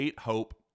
Hope